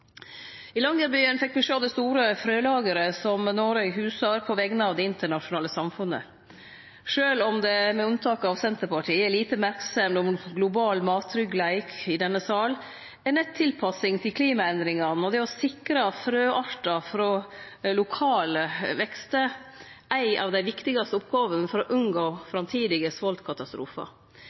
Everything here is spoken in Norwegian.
I Longyearbyen fekk me sjå det store frølageret som Noreg husar på vegner av det internasjonale samfunnet. Sjølv om det, med unntak av Senterpartiet, er lite merksemd om global mattryggleik i denne salen, er nett tilpassing til klimaendringane og det å sikre frøartar frå lokale vekstar ei av dei viktigaste oppgåvene for å unngå framtidige svoltkatastrofar.